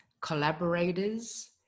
collaborators